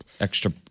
extra